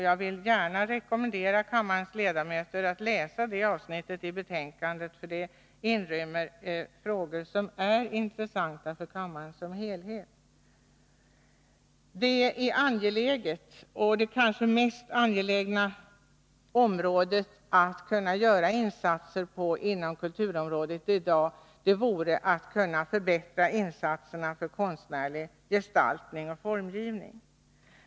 Jag vill rekommendera kammarens ledamöter att läsa det avsnittet av betänkandet, för det inrymmer frågor som är intressanta för kammaren som helhet. Det område av kultursektorn där det i dag kanske är mest angeläget att kunna förbättra insatserna är det som avser konstnärlig gestaltning och formgivning.